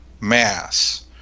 mass